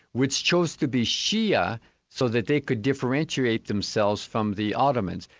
which chose to be shia so that they could differentiate themselves from the ottomans.